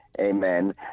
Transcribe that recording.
amen